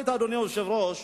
אדוני היושב-ראש,